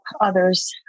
others